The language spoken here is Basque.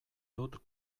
dut